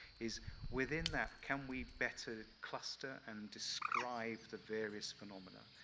is within that can we better cluster and describe the various phenomena?